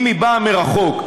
אם היא באה מרחוק,